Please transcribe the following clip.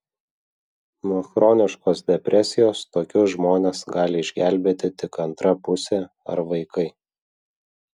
nuo chroniškos depresijos tokius žmones gali išgelbėti tik antra pusė ar vaikai